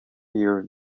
year